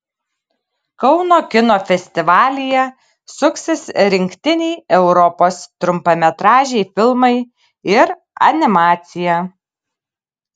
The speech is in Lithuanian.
kauno kino festivalyje suksis rinktiniai europos trumpametražiai filmai ir animacija